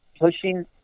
pushing